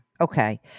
Okay